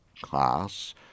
class